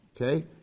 Okay